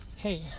Hey